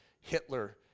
Hitler